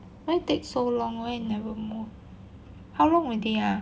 why take so long why never move how long already ah